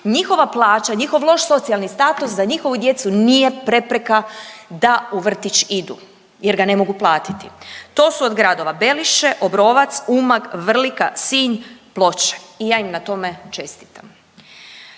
njihova plaća, njihov loš socijalni status za njihovu djecu nije prepreka da u vrtić idu jer ga ne mogu platiti. To su od gradova Belišće, Obrovac, Umag, Vrlika, Sinj, Ploče i ja im na tome čestitam.